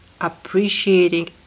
appreciating